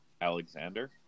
Alexander